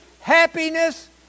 happiness